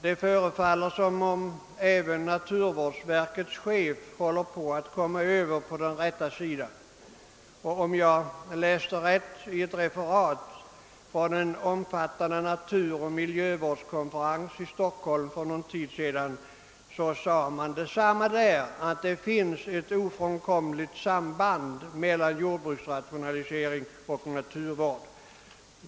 Det förefaller som om även naturvårdsverkets chef håller på att komma över på den rätta sidan. Om jag läste rätt i ett referat från en omfattande miljöoch naturvårdskonferens i Stockholm för en tid sedan, sades även där att det finns ett ofrånkomligt samband mellan jordbruksrationalisering och naturvård. Herr talman!